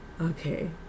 Okay